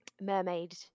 mermaid